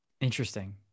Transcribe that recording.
Interesting